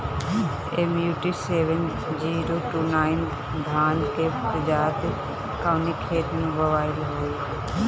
MUT seven zero two nine धान के प्रजाति कवने खेत मै बोआई होई?